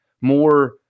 more